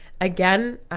again